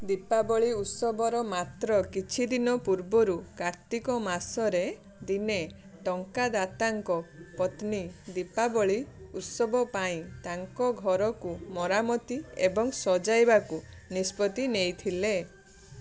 ଦୀପାବଳି ଉତ୍ସବର ମାତ୍ର କିଛିଦିନ ପୂର୍ବରୁ କାର୍ତ୍ତିକ ମାସରେ ଦିନେ ଟଙ୍କାଦାତାଙ୍କ ପତ୍ନୀ ଦୀପାବଳି ଉତ୍ସବ ପାଇଁ ତାଙ୍କ ଘରକୁ ମରାମତି ଏବଂ ସଜାଇବାକୁ ନିଷ୍ପତ୍ତି ନେଇଥିଲେ